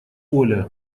оля